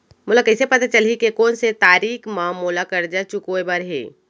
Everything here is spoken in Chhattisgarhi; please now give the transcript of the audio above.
मोला कइसे पता चलही के कोन से तारीक म मोला करजा चुकोय बर हे?